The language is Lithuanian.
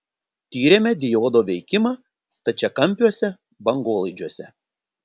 tyrėme diodo veikimą stačiakampiuose bangolaidžiuose